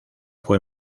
fue